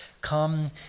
Come